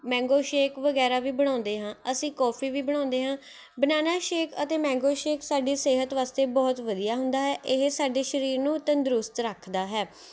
mango shake ਵਗੈਰਾ ਵੀ ਬਣਾਉਂਦੇ ਹਾਂ ਅਸੀਂ ਕੋਫੀ ਵੀ ਬਣਾਉਂਦੇ ਹਾਂ ਬਨਾਨਾ ਸ਼ੇਕ ਅਤੇ ਮੈਂਗੋ ਸ਼ੇਕ ਸਾਡੀ ਸਿਹਤ ਵਾਸਤੇ ਬਹੁਤ ਵਧੀਆ ਹੁੰਦਾ ਹੈ ਇਹ ਸਾਡੇ ਸ਼ਰੀਰ ਨੂੰ ਤੰਦਰੁਸਤ ਰੱਖਦਾ ਹੈ